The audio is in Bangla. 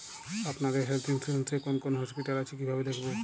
আপনাদের হেল্থ ইন্সুরেন্স এ কোন কোন হসপিটাল আছে কিভাবে দেখবো?